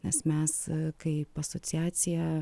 nes mes kaip asociacija